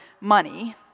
money